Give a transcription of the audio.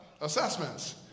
Assessments